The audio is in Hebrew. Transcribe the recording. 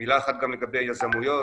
מילה אחת לגבי יזמויות.